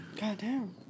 Goddamn